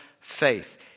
faith